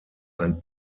ein